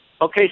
Okay